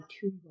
two